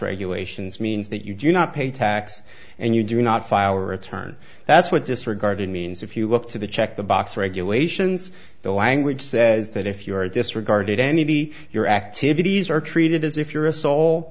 regulations means that you do not pay tax and you do not file a return that's what disregarded means if you look to the check the box regulations the language says that if you are disregarded anybody your activities are treated as if you're a sole